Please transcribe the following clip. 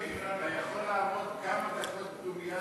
אתה יכול לעמוד כמה דקות דומייה